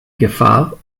gefahr